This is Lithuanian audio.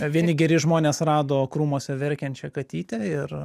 vieni geri žmonės rado krūmuose verkiančią katytę ir